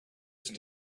just